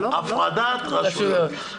הפרדת רשויות.